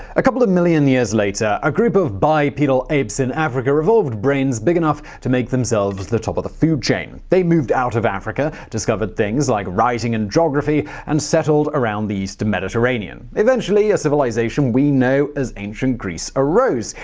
a couple of million years later, a group of bipedal apes in africa evolved brains big enough to make themselves top of the food chain. they moved out of africa, discovered things like writing and geography, and settled around the eastern mediterranean. eventually, a civilization we know as ancient greece arose.